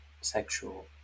Sexual